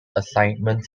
assignment